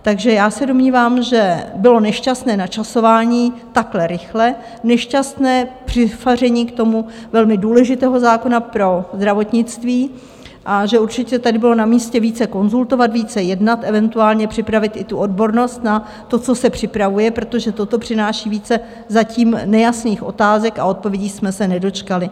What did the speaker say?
Takže já se domnívám, že bylo nešťastné načasování takhle rychlé, nešťastné přifaření k tomu velmi důležitému zákonu pro zdravotnictví a že určitě tady bylo namístě více konzultovat, více jednat, eventuálně připravit i tu odbornost na to, co se připravuje, protože toto přináší více zatím nejasných otázek a odpovědí jsme se nedočkali.